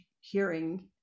hearing